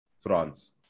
France